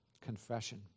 confession